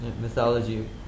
mythology